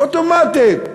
אוטומטית.